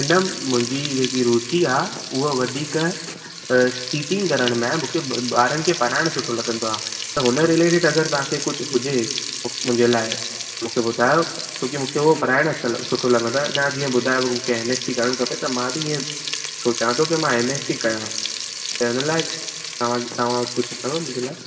madam मुंहिंजी जेकी रुची आहे उहो वधीक अ टीचिंग करणु में आहे मूंखे ॿारनि खे पढ़ाइणु सुठो लॻंदो आहे त हुन रिलेटिड तव्हांखे कुझु हुजे मुंहिंजे लइ त ॿुधायो छोकी मूंखे हू पढ़ाइणु सुठो लॻंदो आहे तां जीअं ॿुधायो मूंखे एम एस सी करणु खपे त मां बि ईअं सोचियां थो की मां एम एस सी कयां त हिन लाइ तव्हां तव्हां कुझु कयो मुंहिंजे लाइ